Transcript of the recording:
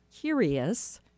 curious